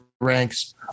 ranks